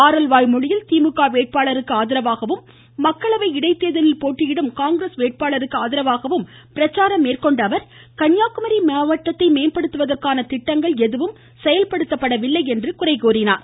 ஆரல்வாய்மொழியில் திமுக வேட்பாளருக்கு ஆதரவாகவும் மக்களவை இடைத்தேர்தலில் போட்டியிடும் காங்கிரஸ் வேட்பாளருக்கு ஆதரவாகவும் பிரச்சாரம் மேற்கொண்ட அவர் கன்னியாகுமரி மாவட்டத்தை மேம்படுத்துவதற்கான திட்டங்கள் எதுவும் செயல்படுத்தப்படவில்லை என்று குறைகூறினார்